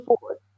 forward